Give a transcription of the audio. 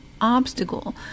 obstacle